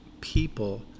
people